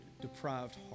deprived